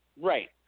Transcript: Right